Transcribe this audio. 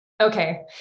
Okay